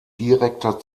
direkter